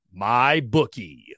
MyBookie